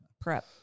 prep